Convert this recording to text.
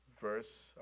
verse